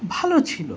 ভালো ছিল